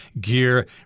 Gear